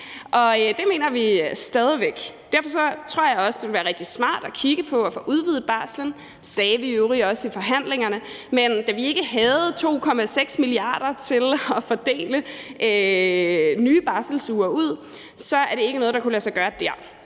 det mener vi stadig væk. Derfor tror jeg også, det vil være rigtig smart at kigge på at få udvidet barslen. Det sagde vi i øvrigt også i forhandlingerne, men da vi ikke havde 2,6 mia. kr. til at fordele nye barselsuger med, var det ikke noget, der kunne lade sig gøre i